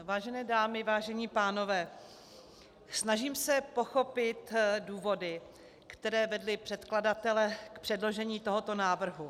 Vážené dámy, vážení pánové, snažím se pochopit důvody, které vedly předkladatele k předložení tohoto návrhu.